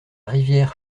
rivière